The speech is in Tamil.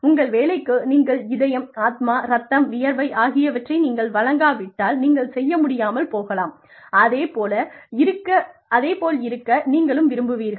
உங்கள் வேலைக்கு நீங்கள் இதயம் ஆத்மா ரத்தம் வியர்வை ஆகியவற்றை நீங்கள் வழங்காவிட்டால் நீங்கள் செய்ய முடியாமல் போகலாம் அதே போல் இருக்க நீங்களும் விரும்புகிறீர்கள்